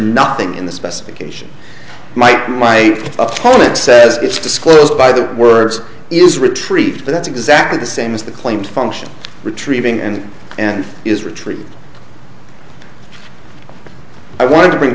nothing in the specification might my opponent says it's disclosed by the words it is retrieve that's exactly the same as the claimed function retrieving and and is retreat i want to bring